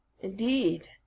Indeed